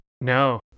No